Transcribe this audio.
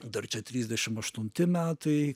dar čia trisdešim aštunti metai